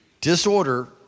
disorder